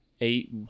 eight